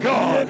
God